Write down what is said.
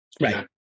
Right